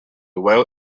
well